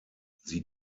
sie